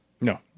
no